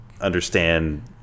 understand